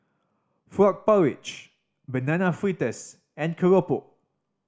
frog porridge Banana Fritters and keropok